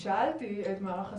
שאלתי את נציג מערך הסייבר,